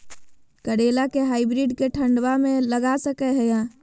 करेला के हाइब्रिड के ठंडवा मे लगा सकय हैय?